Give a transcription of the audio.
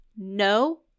no